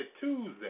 Tuesday